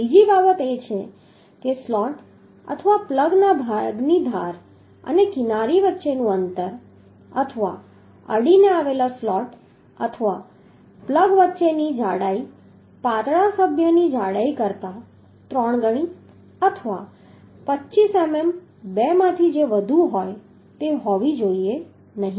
બીજી બાબત એ છે કે સ્લોટ અથવા પ્લગના ભાગની ધાર અને કિનારી વચ્ચેનું અંતર અથવા અડીને આવેલા સ્લોટ અથવા પ્લગ વચ્ચેની જાડાઈ પાતળા સભ્યની જાડાઈ કરતાં ત્રણ ગણી અથવા 25 મીમી બેમાંથી જે વધુ હોય તે હોવી જોઈએ નહીં